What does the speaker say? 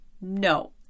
no